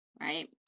Right